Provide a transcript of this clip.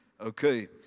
Okay